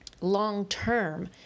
long-term